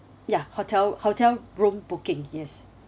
ya hotel hotel room booking yes